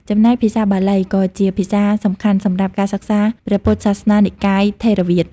ចំណែកភាសាបាលី ក៏ជាភាសាសំខាន់សម្រាប់ការសិក្សាព្រះពុទ្ធសាសនានិកាយថេរវាទ។